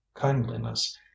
kindliness